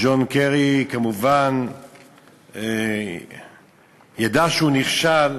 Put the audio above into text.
ג'ון קרי כמובן ידע שהוא נכשל.